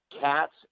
Cats